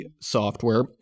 software